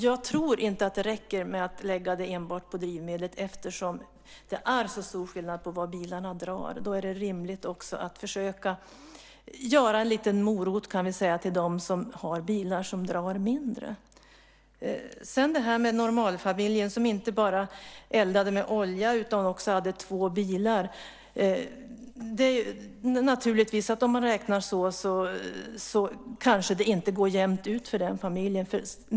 Jag tror inte att det räcker med att lägga det enbart på drivmedlet eftersom det är så stor skillnad på vad bilarna drar. Då är det rimligt att försöka ge en morot till dem som har bilar som drar mindre. Sedan var det normalfamiljen som inte bara eldade med olja utan också hade två bilar. Om man räknar så kanske det inte går jämnt ut för den familjen.